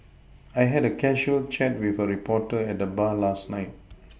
I had a casual chat with a reporter at the bar last night